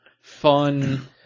fun